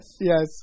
Yes